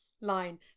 line